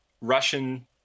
Russian